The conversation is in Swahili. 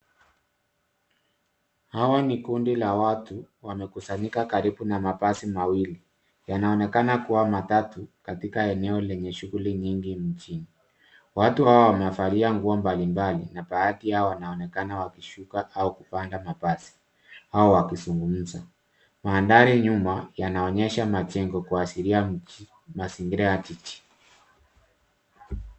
Hawa ni kundi la watu, wamekusanyika karibu na mabasi mawili. Yanaonekana kuwa matatu katika eneo lenye shughuli nyingi mjini. Watu hawa wanavalia nguo mbalimbali na baadhi yao wanaonekana wakishuka au kupanda mabasi au wakizungumza. Mandhari nyuma, yanaonyesha majengo, kuashiria mji, mazingira ya jiji.